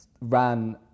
ran